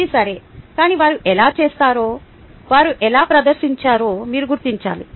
ఇది సరే కానీ వారు ఎలా చేసారో వారు ఎలా ప్రదర్శించారో మీరు గుర్తించాలి